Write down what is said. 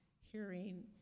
hearing